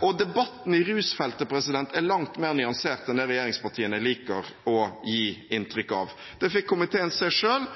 og debatten i rusfeltet er langt mer nyansert enn det regjeringspartiene liker å gi inntrykk av. Det fikk komiteen se selv